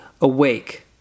Awake